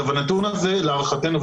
הנתון הזה להערכתנו,